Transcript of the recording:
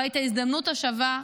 אבל את ההזדמנות השווה,